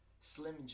slim